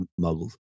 muggles